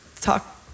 talk